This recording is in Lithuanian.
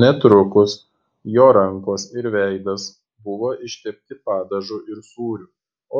netrukus jo rankos ir veidas buvo ištepti padažu ir sūriu